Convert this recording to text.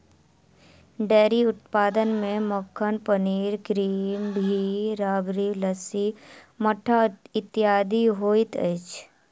dairy उत्पाद मे मक्खन, पनीर, क्रीम, घी, राबड़ी, लस्सी, मट्ठा इत्यादि होइत अछि